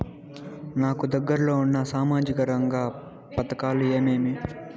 నాకు దగ్గర లో ఉన్న సామాజిక రంగ పథకాలు ఏమేమీ?